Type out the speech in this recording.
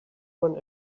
one